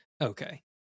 Okay